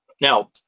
Now